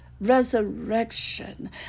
resurrection